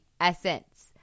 essence